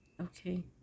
okay